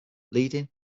leading